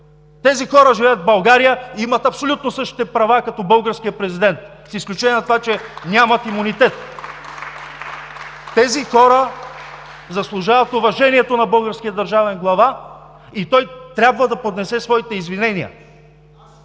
Тези хора живеят в България и имат абсолютно същите права като българския президент с изключение на това, че нямат имунитет. (Ръкопляскания от ГЕРБ.) Тези хора заслужават уважението на българския държавен глава и той трябва да поднесе своите извинения,